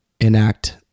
enact